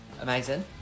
Amazing